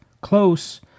Close